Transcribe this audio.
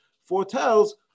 foretells